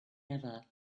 ever